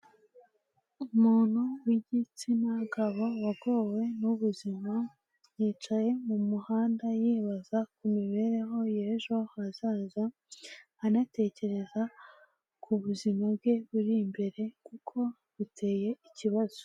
Umuntu w'igitsina gabo wagowe n'ubuzima yicaye mu muhanda yibaza ku mibereho y'ejo hazaza, anatekereza ku buzima bwe buri imbere kuko biteye ikibazo.